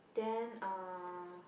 then uh